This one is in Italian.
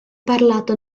parlato